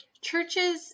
churches